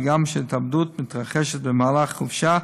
וגם כשההתאבדות מתרחשת במהלך חופשה.